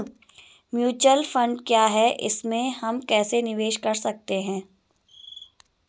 Mutual fund क्या है इसमें हम कैसे निवेश कर सकते हैं?